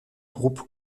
groupe